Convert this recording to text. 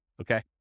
Okay